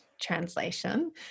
translation